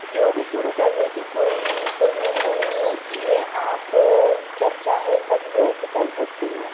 योग शुरू करने की कोई सही उम्र नहीं होती है आप जब चाहें तब योग कर सकते हैं